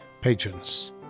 patrons